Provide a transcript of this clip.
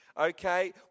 Okay